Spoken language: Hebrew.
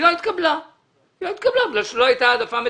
היא לא התקבלה כי לא הייתה העדפה מתקנת.